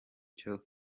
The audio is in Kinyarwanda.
cyo